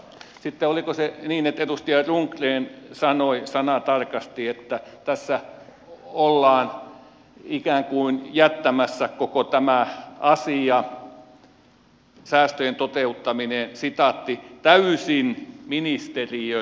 sitten oliko se niin että edustaja rundgren sanoi sanatarkasti että tässä ollaan ikään kuin jättämässä koko tämä asia säästöjen toteuttaminen täysin ministeriön armoille